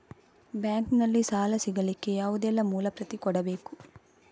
Bank ನಲ್ಲಿ ಸಾಲ ಸಿಗಲಿಕ್ಕೆ ಯಾವುದೆಲ್ಲ ಮೂಲ ಪ್ರತಿ ಕೊಡಬೇಕು?